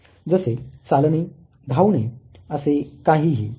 जसे चालणे धावणे असे काहीही